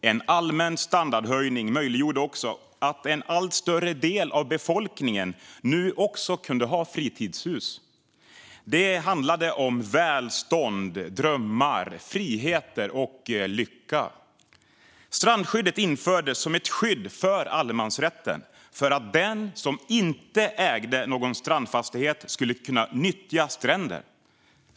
En allmän standardhöjning möjliggjorde också för en allt större del av befolkningen att ha fritidshus. Det handlade om välstånd, drömmar, friheter och lycka. Strandskyddet infördes som ett skydd för allemansrätten, för att den som inte ägde någon strandfastighet skulle kunna nyttja stränder.